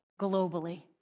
globally